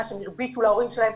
הם הרביצו להורים שלהם,